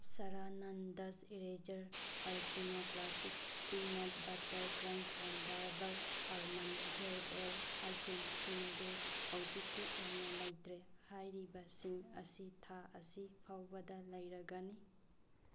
ꯑꯞꯁꯔꯥ ꯅꯟ ꯗꯁ eraser Alpino classic peanut butter crunch and Dabur almond hair oil ꯑꯥꯏꯇꯦꯝꯁꯤꯡꯗꯨ ꯍꯧꯖꯤꯛꯀꯤ ꯑꯣꯏꯅ ꯂꯩꯇ꯭ꯔꯦ ꯍꯥꯏꯔꯤꯕꯁꯤꯡ ꯑꯁꯤ ꯊꯥ ꯑꯁꯤ ꯐꯥꯎꯕꯗ ꯂꯩꯔꯒꯅꯤ